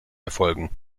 erfolgen